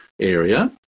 area